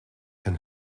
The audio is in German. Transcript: kann